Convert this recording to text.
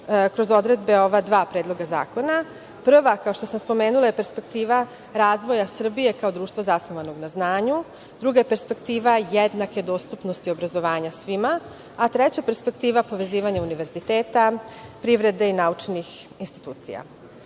kroz odredbe ova dva Predloga zakona. Prva, kao što sam spomenula, je perspektiva razvoja Srbije kao društva zasnovanog na znanju. Druga je perspektiva jednake dostupnosti obrazovanja svima, a treća perspektiva, povezivanje univerziteta, privrede i naučnih institucija.